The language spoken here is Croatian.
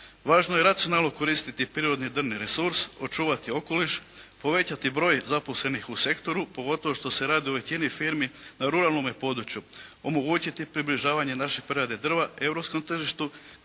Važno je racionalno koristiti prirodni drvni resurs, očuvati okoliš, povećati broj zaposlenih u sektoru, pogotovo što se radi u većini firmi na ruralnome području. Omogućiti približavanje naše prerade drva europskom tržištu